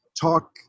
talk